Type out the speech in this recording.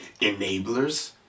enablers